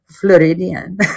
Floridian